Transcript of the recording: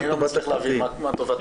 אני לא מצליח להבין מה טובת הקטין.